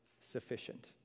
sufficient